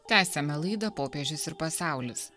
tęsiame laidą popiežius ir pasaulis